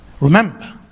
Remember